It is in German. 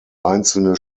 einzelne